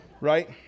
right